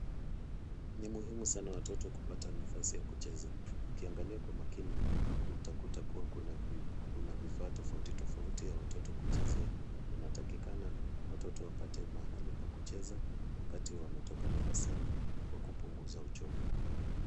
Ni muhumi sana watoto kupata nafasi ya kucheza. Ukiangalia kwa makini, huku utakuta kuwa kuna vifaa tofauti tofauti ya watoto kuchezea. Inatakikana watoto wapate mahali pa kucheza wakati wametoka darasani kwa kupunguza uchovu.